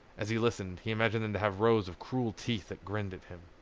as he listened he imagined them to have rows of cruel teeth that grinned at him.